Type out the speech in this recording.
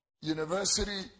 University